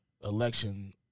election